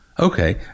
Okay